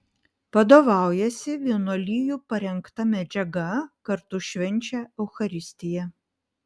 vadovaujasi vienuolijų parengta medžiaga kartu švenčia eucharistiją